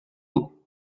hall